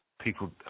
people